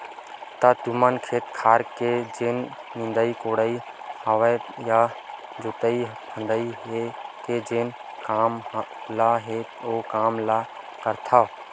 त तुमन खेत खार के जेन निंदई कोड़ई हवय या जोतई फंदई के जेन काम ल हे ओ कामा ले करथव?